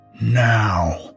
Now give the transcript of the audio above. now